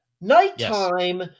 nighttime